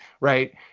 right